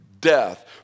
death